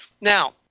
Now